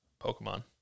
Pokemon